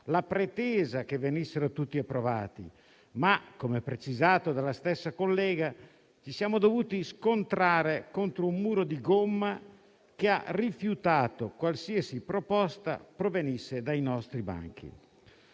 la pretesa che venissero tutti approvati. Come precisato dalla stessa collega, però, ci siamo dovuti scontrare contro un muro di gomma, che ha rifiutato qualsiasi proposta provenisse dai nostri banchi.